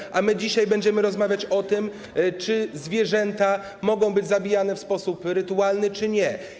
Ha, ha, ha! ...a my dzisiaj będziemy rozmawiać o tym, czy zwierzęta mogą być zabijane w sposób rytualny, czy nie.